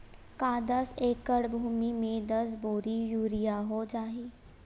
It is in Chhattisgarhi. का दस एकड़ भुमि में दस बोरी यूरिया हो जाही?